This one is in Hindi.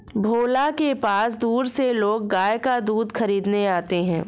भोला के पास दूर से लोग गाय का दूध खरीदने आते हैं